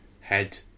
head